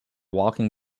walking